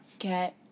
Get